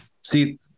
See